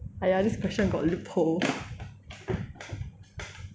!aiya! this question got loophole